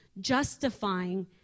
justifying